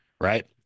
right